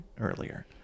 earlier